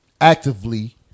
actively